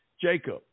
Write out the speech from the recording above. Jacob